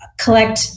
collect